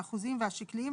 האחוזיים והשקליים,